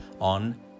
on